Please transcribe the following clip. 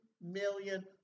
million